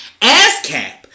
ASCAP